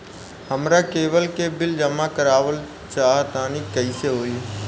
हमरा केबल के बिल जमा करावल चहा तनि कइसे होई?